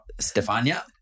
Stefania